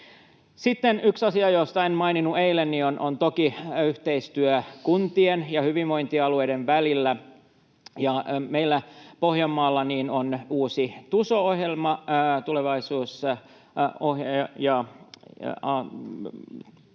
Sitten yksi asia, josta en maininnut eilen, on toki yhteistyö kuntien ja hyvinvointialueiden välillä. Ja meillä Pohjanmaalla on uusi TUSO-ohjelma, tulevaisuus- ja